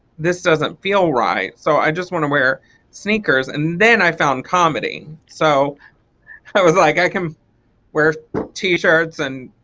this doesn't feel right. so i just want to wear sneakers, and then i found comedy. so i was like i can wear t-shirts and